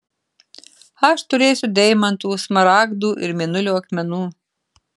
aš turėsiu deimantų smaragdų ir mėnulio akmenų